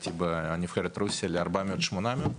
הייתי בנבחרת רוסיה ל-400-800.